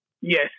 Yes